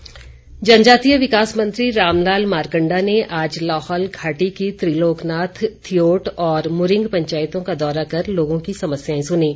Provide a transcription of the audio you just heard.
मारकंडा जनजातीय विकास मंत्री रामलाल मारकंडा ने आज लाहौल घाटी की त्रिलोकनाथ थियोट और मुरिंग पंचायतों का दौरा कर लोगों की समस्याएं सुनीं